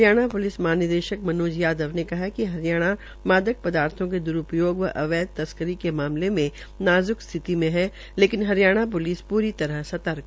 हरियाणा के प्लिस महानिदेशक मनोज यादव ने कहा है कि हरियाणा मादक पदार्थो के द्रूपयोग व अवैध तस्करी के मामले में नाज्क स्थिति में लेकिन हरियाणा प्लिस पूरी तरह सतर्क